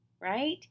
right